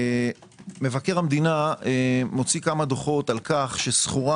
מבקר המדינה מוציא כמה דוחות על כך שסחורה